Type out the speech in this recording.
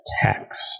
tax